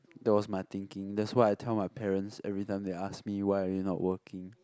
that was my thinking that's why I tell my parents every time they ask me why I did not working